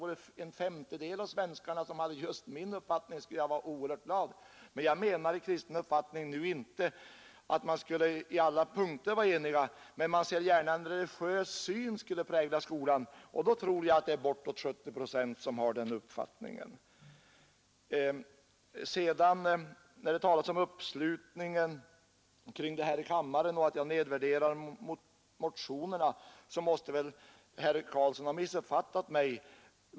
Om en femtedel av svenskarna hade just min uppfattning, skulle jag vara oerhört glad. Jag menar med kristen uppfattning nu inte att man skulle vara enig i alla punkter men att man gärna ser att en religiös syn präglar skolan — och då tror jag att det är bortåt 70 procent som har den uppfattningen. När det talas om uppslutningen kring detta här i kammaren och om att jag nedvärderar motionerna, så måste väl herr Carlsson ha missuppfattat mig.